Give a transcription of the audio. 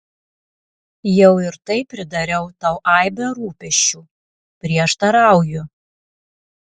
jau ir taip pridariau tau aibę rūpesčių prieštarauju